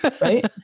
Right